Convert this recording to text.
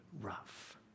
rough